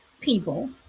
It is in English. people